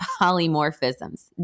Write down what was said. polymorphisms